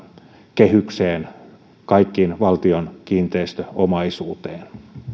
kehykseen kaikkeen valtion kiinteistöomaisuuteen